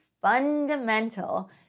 fundamental